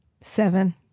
seven